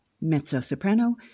mezzo-soprano